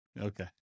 Okay